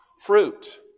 fruit